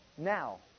Now